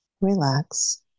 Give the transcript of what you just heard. relax